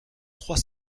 trois